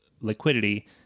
liquidity